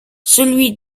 celui